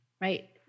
right